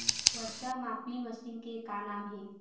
वर्षा मापी मशीन के का नाम हे?